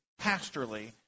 pastorally